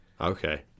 Okay